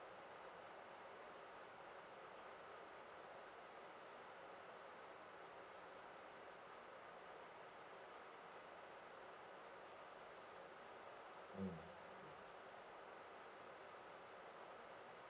mm